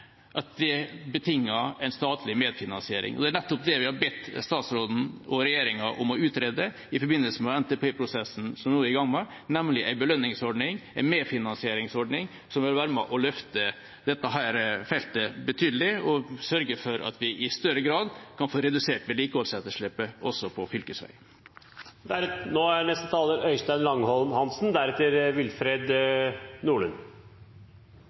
at det betinger en statlig medfinansiering. Det er nettopp det vi har bedt statsråden og regjeringa om å utrede i forbindelse med NTP-prosessen som vi nå er i gang med, nemlig en belønningsordning, en medfinansieringsordning, som vil være med på å løfte dette feltet betydelig og sørge for at vi i større grad kan få redusert vedlikeholdsetterslepet også på fylkesvegene. Investering i utbedring av vei er